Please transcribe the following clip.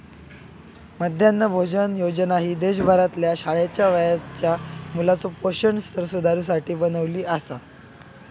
मध्यान्ह भोजन योजना ही देशभरातल्या शाळेच्या वयाच्या मुलाचो पोषण स्तर सुधारुसाठी बनवली आसा